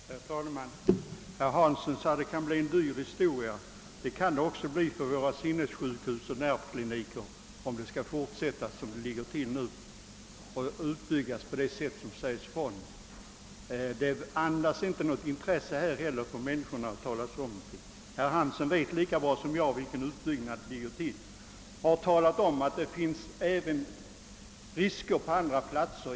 Herr talman! Herr Hansson i Skegrie sade att detta kan bli en dyr historia. Ja, det kan det bli även för våra sinnessjukhus och nervkliniker, om det skall fortsätta som nu och man dessutom bygger ut Bulltofta som från visst håll förordas. Denna inställning andas inte något positivt intresse för människorna. Herr Hansson vet lika bra som jag hur det ligger till beträffande utbyggnaden. Här sägs att risker är förenade även med en förläggning till andra platser.